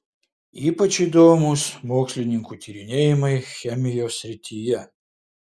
ypač įdomūs mokslininkų tyrinėjimai chemijos srityje